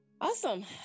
Awesome